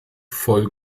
voll